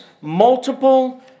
multiple